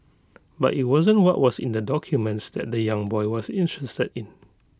but IT wasn't what was in the documents that the young boy was interested in